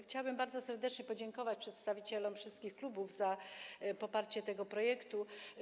Chciałabym bardzo serdecznie podziękować przedstawicielom wszystkich klubów za poparcie tego projektu.